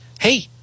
hey